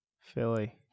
Philly